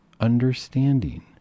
understanding